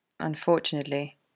Unfortunately